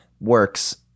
works